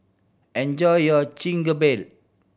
enjoy your Chigenabe